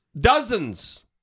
Dozens